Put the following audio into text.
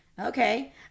Okay